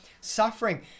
suffering